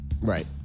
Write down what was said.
Right